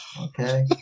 Okay